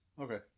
Okay